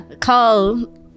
call